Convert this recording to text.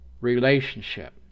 relationship